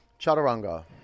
Chaturanga